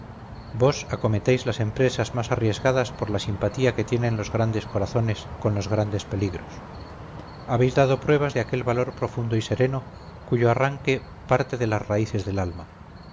vos acometéis las empresas más arriesgadas por la simpatía que tienen los grandes corazones con los grandes peligros habéis dado pruebas de aquel valor profundo y sereno cuyo arranque parte de las raíces del alma un